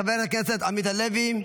חבר הכנסת עמית הלוי,